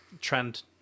trend